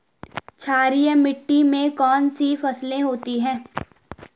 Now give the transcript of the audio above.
क्षारीय मिट्टी में कौन कौन सी फसलें होती हैं?